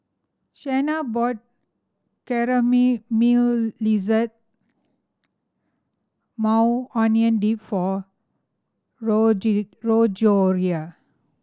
Shenna bought Maui Onion Dip for Gregoria